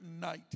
night